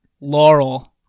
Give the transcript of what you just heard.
Laurel